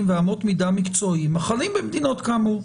ואמות מידה מקצועיים החלים במדינות כאמור".